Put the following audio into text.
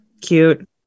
cute